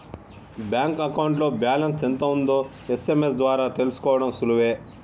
bank అకౌంట్లో balance ఎంత ఉందో ఎస్.ఎం.ఎస్ ద్వారా తెలుసుకోడం సులువే